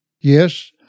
Yes